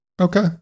Okay